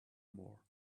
more